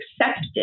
accepted